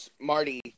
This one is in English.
Marty